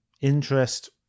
interest